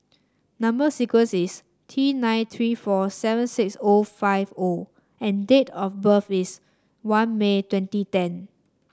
number sequence is T nine three four seven six O five O and date of birth is one May twenty ten